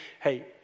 Hey